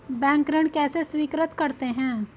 Bank ऋण कैसे स्वीकृत करते हैं?